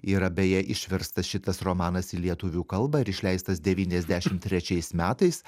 yra beje išverstas šitas romanas į lietuvių kalbą ir išleistas devyniasdešim trečiais metais